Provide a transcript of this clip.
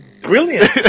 brilliant